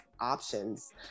options